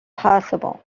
possible